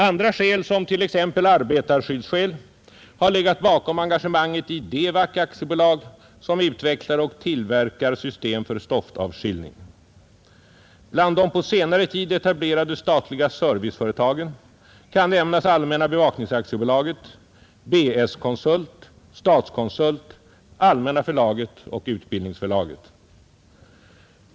Andra skäl, t.ex. arbetarskyddsskäl, har legat bakom engagemanget i Devac AB, som utvecklar och tillverkar system för stoftavskiljning. Bland de på senare tid etablerade statliga serviceföretagen kan nämnas Allmänna bevaknings AB, BS-konsult, Statskonsult, Allmänna förlaget och Utbildningsförlaget.